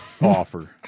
offer